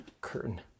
curtain